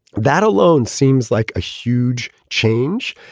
that alone seems like a huge change.